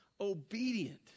obedient